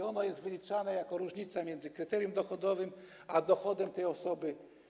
To jest wyliczane jako różnica między kryterium dochodowym a dochodem tej osoby.